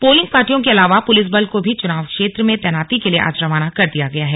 polling पार्टियों के अलावा पुलिस बल को भी चुनाव क्षेत्र में तैनाती के लिए आज रवाना कर दिया गया है